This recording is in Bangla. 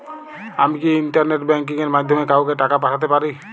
আমি কি ইন্টারনেট ব্যাংকিং এর মাধ্যমে কাওকে টাকা পাঠাতে পারি?